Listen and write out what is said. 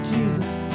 Jesus